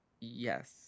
Yes